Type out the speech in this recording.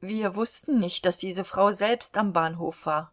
wir wußten nicht daß diese frau selbst am bahnhof war